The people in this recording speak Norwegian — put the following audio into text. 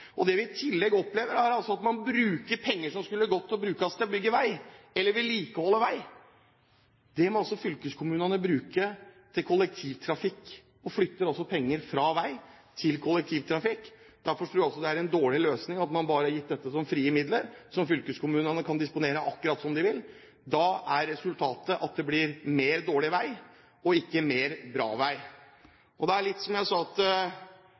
pengene. Det vi i tillegg opplever, er at penger som skulle vært brukt til å bygge vei eller til å vedlikeholde vei, må fylkeskommunene bruke til kollektivtrafikk. Man flytter altså penger fra vei til kollektivtrafikk. Derfor tror jeg det er en dårlig løsning at man bare har gitt dette som frie midler som fylkeskommunene kan disponere akkurat som de vil. Da blir resultatet mer dårlig vei og ikke mer bra vei. Det er litt slik som jeg sa til NHO-sjefen i hjemfylket mitt, som driver hotell i Telemark. Hans problem er at